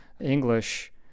English